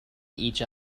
each